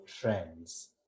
trends